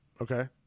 okay